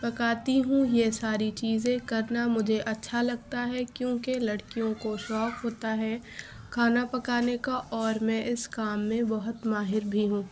پکاتی ہوں یہ ساری چیزیں کرنا مجھے اچھا لگتا ہے کیوں کہ لڑکیوں کو شوق ہوتا ہے کھانا پکانے کا اور میں اس کام میں بہت ماہر بھی ہوں